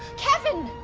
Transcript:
kevin,